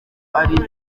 ari